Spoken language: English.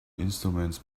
instruments